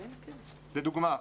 לדוגמה,